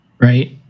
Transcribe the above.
right